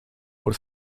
por